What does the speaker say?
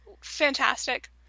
fantastic